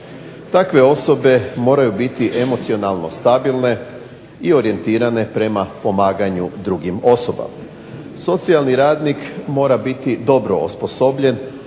takve osobe moraju biti emocionalno stabilne i motivirane prema pomaganju drugim osobama. Socijalni radnik mora biti dobro osposobljen